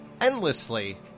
endlessly